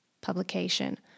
publication